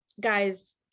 Guys